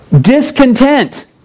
discontent